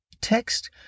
text